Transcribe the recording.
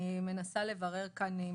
אני מנסה לברר את זה.